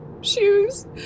shoes